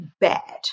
bad